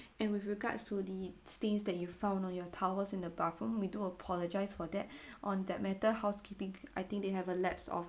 and with regards to the stains that you found on your towels in the bathroom we do apologise for that on that matter housekeeping I think they have a lapse of